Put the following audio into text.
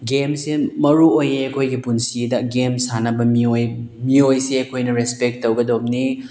ꯒꯦꯝꯁꯦ ꯃꯔꯨꯑꯣꯏꯌꯦ ꯑꯩꯈꯣꯏꯒꯤ ꯄꯨꯟꯁꯤꯗ ꯒꯦꯝ ꯁꯥꯟꯅꯕ ꯃꯤꯑꯣꯏ ꯃꯤꯑꯣꯏꯁꯦ ꯑꯩꯈꯣꯏꯅ ꯔꯦꯁꯄꯦꯛ ꯇꯧꯒꯗꯕꯅꯤ